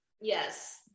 Yes